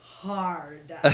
hard